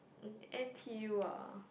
NTU ah